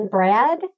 Brad